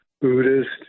Buddhist